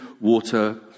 water